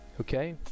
Okay